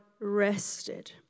rested